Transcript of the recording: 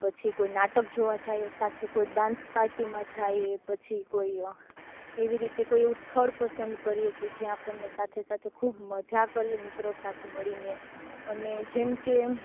પછી કોઈ નાટક જોવાં જઈએ સાથે કોઈ ડાન્સ પાર્ટીમાં જઈએ પછી કોઈ એવી રીતે કોઈ એવું સ્થળ પસંદ કરીએ કે જયાં આપણને સાથે સાથે ખૂબ મજા કરીએ મિત્રો સાથે મળીને અને જેમ કે